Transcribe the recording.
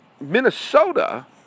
Minnesota